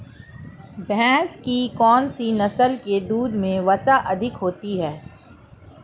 भैंस की कौनसी नस्ल के दूध में वसा अधिक होती है?